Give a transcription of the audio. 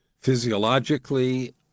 physiologically